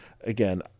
again